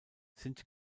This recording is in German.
sind